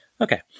Okay